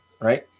Right